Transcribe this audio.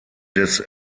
des